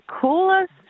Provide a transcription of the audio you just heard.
coolest